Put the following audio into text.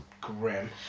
grim